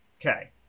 Okay